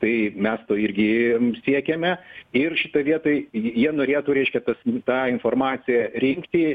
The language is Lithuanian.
tai mes to irgi siekiame ir šitoj vietoj jie norėtų reiškia tas tą informaciją rinkti